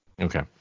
Okay